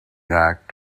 act